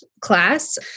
class